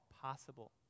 possible